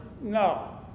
no